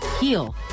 heal